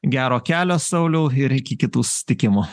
gero kelio sauliau ir iki kitų susitikimų